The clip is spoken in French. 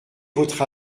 votre